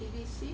A_B_C